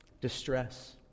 distress